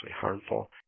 harmful